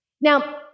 Now